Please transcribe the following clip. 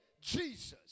Jesus